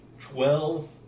Twelve